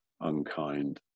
unkind